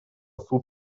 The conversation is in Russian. суд